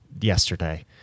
yesterday